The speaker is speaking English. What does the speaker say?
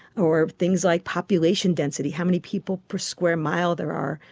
or things like population density, how many people per square mile there are,